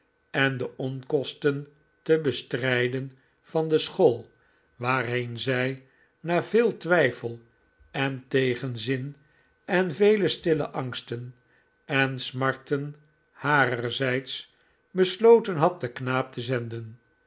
en de onkosten te bestrijden van de school waarheen zij na veel twijfel en tegenzin en vele stille angsten en smarten harerzijds besloten had den knaap te zenden